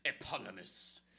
eponymous